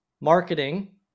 marketing